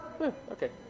Okay